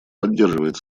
поддерживает